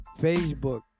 facebook